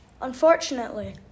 Unfortunately